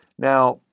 now,